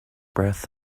breath